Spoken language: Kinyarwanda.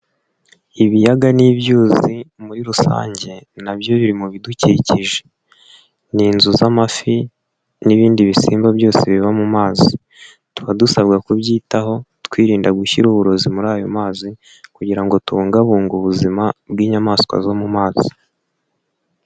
Ibiyaga n’ibyuzi muri rusange nabyo biri mu bidukikije. Ni inzu z'amafi n'ibindi bisimba byose biva mu mazi. Tuba dusabwa kubyitaho, twirinda gushyira uburozi muri ayo mazi kugira ngo tubungabunge ubuzima bw'inyamaswa zo mu mazi.